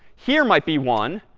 here might be one.